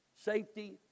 safety